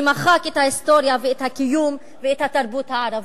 שמחק את ההיסטוריה ואת הקיום ואת התרבות הערבית?